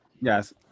Yes